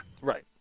Right